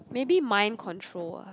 maybe mind control ah